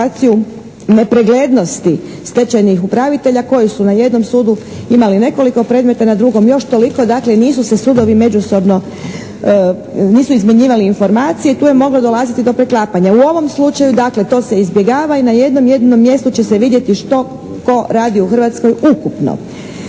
nepreglednosti stečajnih upravitelja koji su na jednom sudu imali nekoliko predmeta, na drugom još toliko. Dakle, nisu sudovi međusobno, nisu izmjenjivali informacije. Tu je moglo dolaziti do preklapanja. U ovom slučaju dakle, to se izbjegava i na jednom jedinom mjestu će se vidjeti što tko radi u Hrvatskoj ukupno.